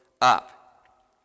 up